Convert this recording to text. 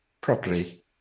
properly